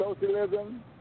socialism